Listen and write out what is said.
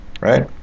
right